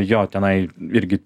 jo tenai irgi